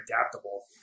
adaptable